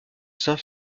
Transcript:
saint